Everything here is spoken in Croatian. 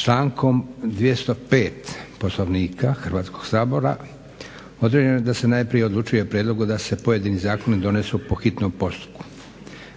Člankom 205. Poslovnika Hrvatskog sabora određeno je da se najprije odlučuje o prijedlogu da se pojedini zakoni donesu po hitnom postupku.